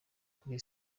kuri